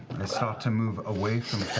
i start to move away from